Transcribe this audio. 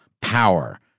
power